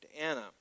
Anna